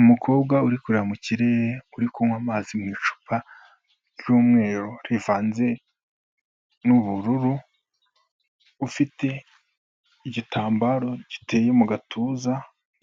Umukobwa uri kureba mu kirere, uri kunywa amazi mu icupa ry'umweru rivanze n'ubururu, ufite igitambaro giteye mu gatuza,